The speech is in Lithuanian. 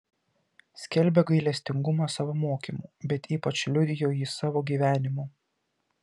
skelbė gailestingumą savo mokymu bet ypač liudijo jį savo gyvenimu